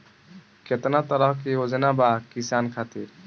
केतना तरह के योजना बा किसान खातिर?